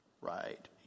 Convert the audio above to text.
Right